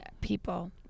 People